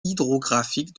hydrographique